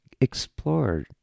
explore